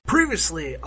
Previously